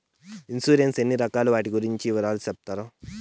Insurance ఎన్ని రకాలు వాటి గురించి వివరాలు సెప్తారా?